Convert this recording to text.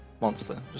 Monster